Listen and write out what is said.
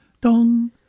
dong